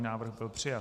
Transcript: Návrh byl přijat.